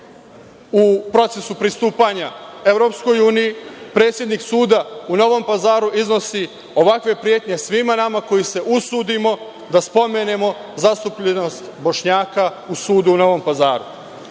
u procesu pristupanja EU, predsednik suda u Novom Pazaru iznosi ovakve pretnje svima nama koji se usudimo da spomenemo zastupljenost Bošnjaka u sudu u Novom Pazaru.